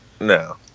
No